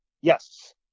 yes